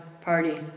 party